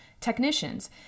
technicians